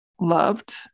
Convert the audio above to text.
loved